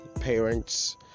parents